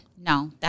No